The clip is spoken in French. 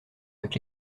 avec